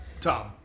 Tom